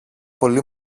πολύ